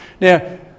Now